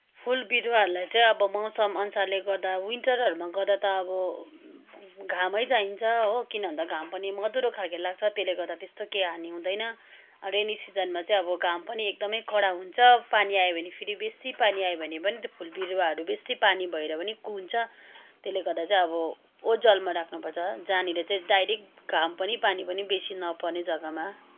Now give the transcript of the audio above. फुल बिरुवाहरूलाई चाहिँ अब मौसम अनुसारले गर्दा विन्टरहरूमा गर्दा त अब घामै चाहिन्छ हो किन भन्दा घाम पनि मधुरो खालको लाग्छ त्यसले गर्दा त्यस्तो केही हानि हुँदैन रेनी सिजनमा चाहिँ अब घाम पनि एकदमै कडा हुन्छ पानी आयो भने फेरि बेसी पानी आयो भने पनि त्यो फुल बिरुवाहरू बेसी पानी भएर पनि कुहिन्छ त्यसले गर्दा चाहिँ अब ओझेलमा राख्नु पर्छ जहाँनिर डाइरेक्ट घाम पनि पानी पनि बेसी नपर्ने जग्गामा